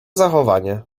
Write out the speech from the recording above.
zachowanie